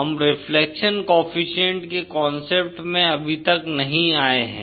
हम reflection coefficient के concept में अभी तक नहीं आए हैं